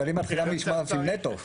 אבל היא מתחילה מ-8,000 נטו.